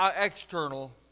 external